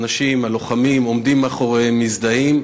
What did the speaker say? האנשים, הלוחמים, עומדים מאחוריהן, מזדהים.